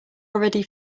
already